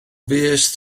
fuest